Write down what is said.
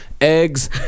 eggs